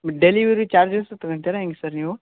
delivery charges ತಗೋತೀರ ಹೆಂಗ್ sir ನೀವು